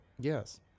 Yes